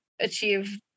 achieve